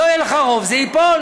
לא יהיה לך רוב, זה ייפול.